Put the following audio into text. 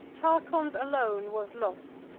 tarchon's alone was lost,